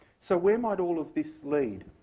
so we might all of this lead?